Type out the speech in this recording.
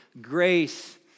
grace